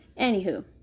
Anywho